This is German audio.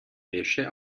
wäsche